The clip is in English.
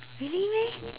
really meh